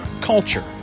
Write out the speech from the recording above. culture